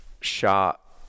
shot